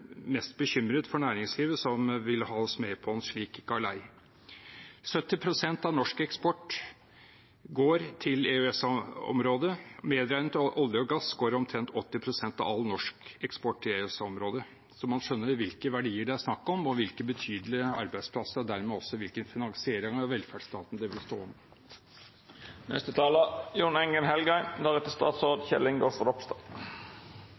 mest bekymret for næringslivet, som vil ha oss med på en slik galei. 70 pst. av norsk eksport går til EØS-området. Medregnet olje og gass går omtrent 80 pst. av all norsk eksport til EØS-området. Man skjønner hvilke verdier det er snakk om, hvilket betydelig antall arbeidsplasser og dermed også hvilken finansiering av velferdsstaten det vil stå